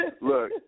Look